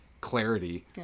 clarity